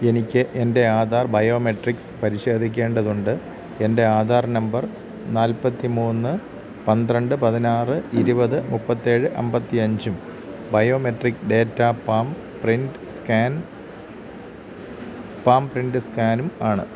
എനിക്ക് എൻ്റെ ആധാർ ബയോമെട്രിക്സ് പരിശോധിക്കേണ്ടതുണ്ട് എൻ്റെ ആധാർ നമ്പർ നാല്പത്തി മൂന്ന് പന്ത്രണ്ട് പതിനാറ് ഇരുപത് മുപ്പത്തി ഏഴ് അമ്പത്തി അഞ്ചും biometric data palm print scan palm sprint സ്കാനും ആണ്